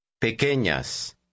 Pequeñas